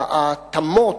התמות,